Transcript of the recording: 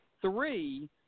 three